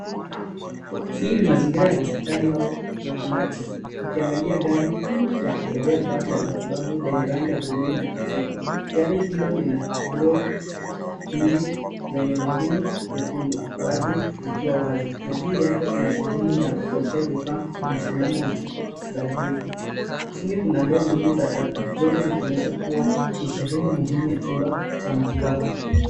Hii ni mazingira ya hospitali au zahanati. Ukiangalia gari la kubebea vifaa vya matibabu lenye rangi ya bluu na kijivu. Gari hilo lina draw nyingi zenye vipini vyekundu, baadhi zikiwa wazi na juu yake kuna sehemu ya kuwekea vifaa na msimamo wa chupa za drip .Chini kuna ndoo mbili za taka, zote zikionyesha kuwa ni sehemu muhimu ya chumba cha matibabu.